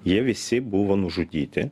jie visi buvo nužudyti